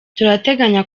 turateganya